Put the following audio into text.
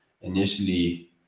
initially